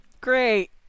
Great